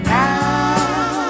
now